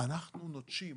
אנחנו נוטשים.